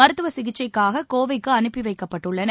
மருத்துவ சிகிச்சைக்காக கோவைக்கு அனுப்பி வைக்கப்பட்டுள்ளனர்